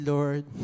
Lord